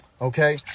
okay